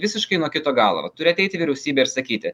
visiškai nuo kito galo va turi ateiti vyriausybė ir sakyti